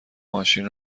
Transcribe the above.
ماشین